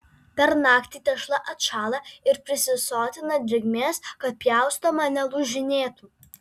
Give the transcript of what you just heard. per naktį tešla atšąla ir prisisotina drėgmės kad pjaustoma nelūžinėtų